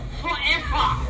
forever